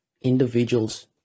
individuals